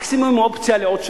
מקסימום עם אופציה לעוד שנה,